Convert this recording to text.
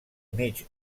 mig